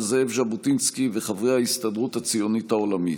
זאב ז'בוטינסקי וחברי ההסתדרות הציונית העולמית.